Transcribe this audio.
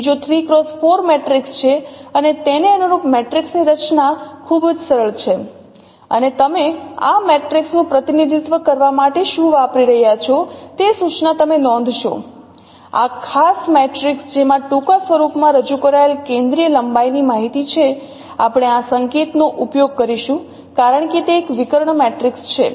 બીજો એક 3 X 4 matrix છે અને તેને અનુરૂપ મેટ્રિક્સ ની રચના ખૂબ જ સરળ છે અને તમે આ મેટ્રિક્સ નું પ્રતિનિધિત્વ કરવા માટે શું વાપરી રહ્યા છો તે સૂચના તમે નોંધશો આ ખાસ મેટ્રિક્સ જેમાં ટૂંકા સ્વરૂપમાં રજૂ કરાયેલ કેન્દ્રીય લંબાઈની માહિતી છે આપણે આ સંકેતનો ઉપયોગ કરીશું કારણ કે તે એક વિકર્ણ મેટ્રિક્સ છે